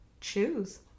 Choose